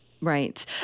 Right